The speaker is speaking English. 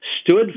stood